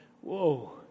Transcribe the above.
whoa